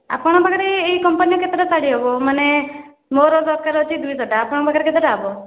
ଆପଣଙ୍କ ପାଖରେ ଏଇ କମ୍ପାନୀର କେତେଟା ଶାଢ଼ୀ ହେବ ମାନେ ମୋର ଦରକାର ଅଛି ଦୁଇଶହଟା ଆପଣଙ୍କ ପାଖରେ କେତେ ହେବ